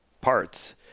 parts